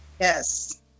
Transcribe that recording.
yes